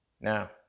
Now